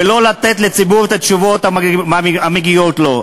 ולא לתת לציבור את התשובות המגיעות לו.